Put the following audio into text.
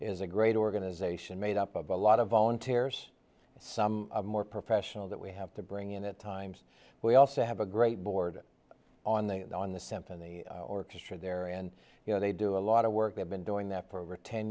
is a great organization made up of a lot of volunteers some more professional that we have to bring in at times we also have a great board on the on the symphony orchestra there and you know they do a lot of work they've been doing that for over ten